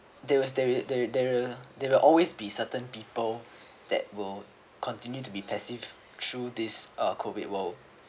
there will there will there will there will always be certain people that will continue to be passive through this uh COVID world